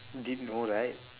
did know right